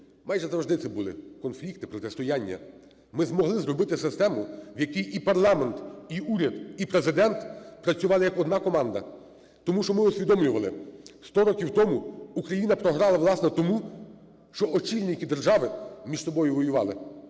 Майже завжди це були конфлікти і протистояння. Ми змогли зробити систему, в якій і парламент, і уряд, і Президент працювали як одна команда. Тому що ми усвідомлювали: 100 років тому Україна програла, власне, тому, що очільники держави між собою воювали,